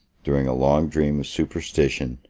during a long dream of superstition,